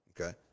okay